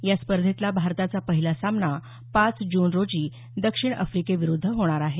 या स्पर्धेतला भारताचा पहिला सामना पाच जून रोजी दक्षिण अफ्रिकेविरुध्द होणार आहे